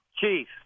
Chief